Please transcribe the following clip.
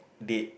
date